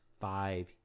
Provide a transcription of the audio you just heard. five